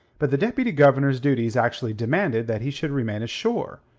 but the deputy-governor's duties actually demanded that he should remain ashore,